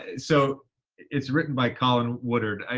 so it's written by colin woodard.